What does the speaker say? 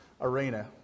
arena